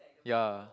ya